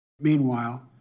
Meanwhile